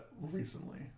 recently